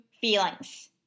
feelings